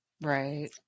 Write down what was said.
Right